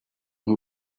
who